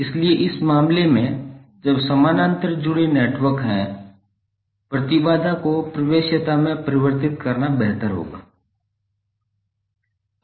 इसलिए इस मामले में जब समानांतर जुड़े नेटवर्क हैं प्रतिबाधा को प्रवेश्यता में परिवर्तित करना बेहतर है